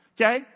Okay